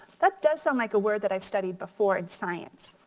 that does sound like a word that i've studied before in science.